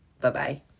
Bye-bye